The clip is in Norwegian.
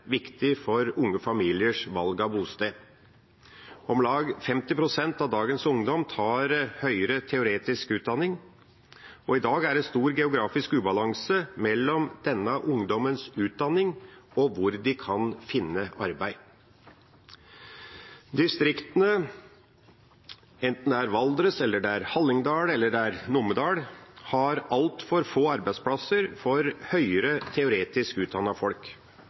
viktig for unge familiers valg av bosted. Om lag 50 pst. av dagens ungdom tar høyere teoretisk utdanning, og i dag er det stor geografisk ubalanse mellom denne ungdommens utdanning og hvor de kan finne arbeid. Distriktene, enten det er Valdres, Hallingdal eller Numedal, har altfor få arbeidsplasser for høyere teoretisk utdannede folk,